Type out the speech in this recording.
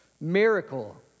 miracle